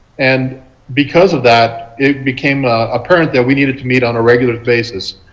and because of that, it became apparent that we needed to meet on a regular basis.